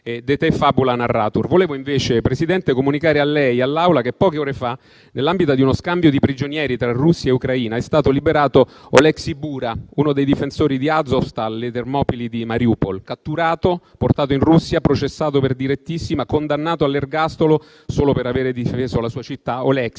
a lei, signora Presidente, e all’Assemblea che poche ore fa, nell’ambito di uno scambio di prigionieri tra Russia e Ucraina, è stato liberato Oleksiy Bura, uno dei difensori di Azovstal, le Termopili di Mariupol. Catturato, portato in Russia, processato per direttissima, condannato all’ergastolo solo per aver difeso la sua città, Oleksiy,